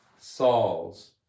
Saul's